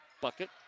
bucket